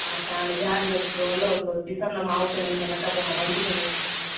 हा त हाणे ध्यानु रखिजो हलो पोइ ॾिसंदमि आवते महीने में त पोइ मां बंदि करे छॾंदीमांव